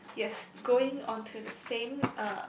yes going onto the same uh